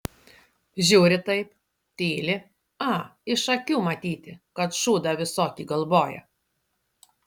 žiūri taip tyli a iš akių matyti kad šūdą visokį galvoja